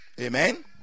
amen